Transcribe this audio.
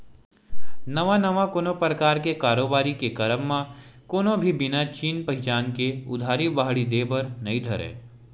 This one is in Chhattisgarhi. नवा नवा कोनो परकार के कारोबारी के करब म कोनो भी बिना चिन पहिचान के उधारी बाड़ही देय बर नइ धरय